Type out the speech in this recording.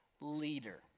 leader